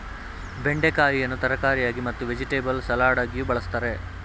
ಬೆಂಡೆಕಾಯಿಯನ್ನು ತರಕಾರಿಯಾಗಿ ಮತ್ತು ವೆಜಿಟೆಬಲ್ ಸಲಾಡಗಿಯೂ ಬಳ್ಸತ್ತರೆ